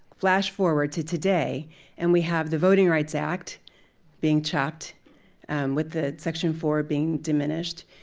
flash forward to today and we have the voting rights act being chucked with the section four being diminished.